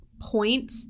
point